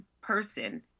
person